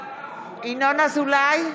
ינון אזולאי,